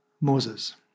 Moses